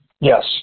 Yes